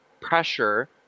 pressure